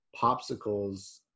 popsicles